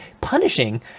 punishing